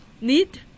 need